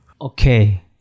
Okay